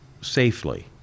safely